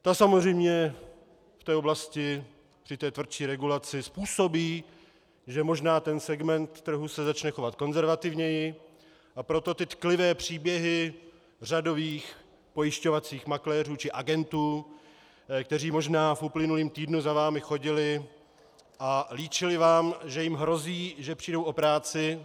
Ta samozřejmě v té oblasti při té tvrdší regulaci způsobí, že možná ten segment trhu se začne chovat konzervativněji, a proto ty tklivé příběhy řadových pojišťovacích makléřů či agentů, kteří možná v uplynulém týdnu za vámi chodili a líčili vám, že jim hrozí, že přijdou o práci.